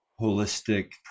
holistic